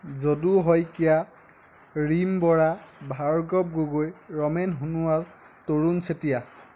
Jadu Saikia Rim Bora Bhargav Gogoi Ramen Sonowal Tarun Chetia